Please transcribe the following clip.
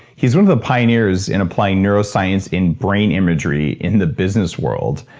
he's one of the pioneers in applying neuroscience in brain imagery in the business world,